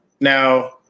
Now